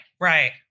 Right